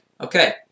Okay